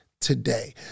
Today